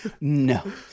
No